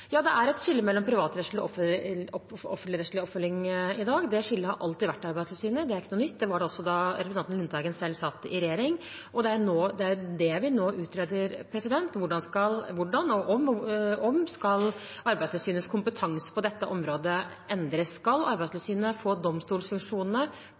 Ja, det er et skille mellom privatrettslig og offentligrettslig oppfølging i dag. Det skillet har alltid vært i Arbeidstilsynet, det er ikke noe nytt. Det var der også da representanten Lundteigen selv satt i regjering. Det er det vi nå utreder, hvordan og om Arbeidstilsynets kompetanse på dette området skal endres. Skal Arbeidstilsynet få domstolsfunksjonene på håndheving av de privatrettslige avtalene? I så fall: På hvilken måte skal dette gjennomføres? Skal